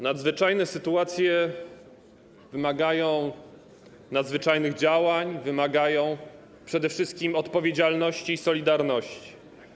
Nadzwyczajne sytuacje wymagają nadzwyczajnych działań, wymagają przede wszystkim odpowiedzialności i solidarności.